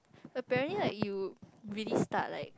apparently like you really start like